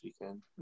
weekend